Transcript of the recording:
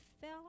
fell